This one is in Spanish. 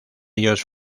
ellos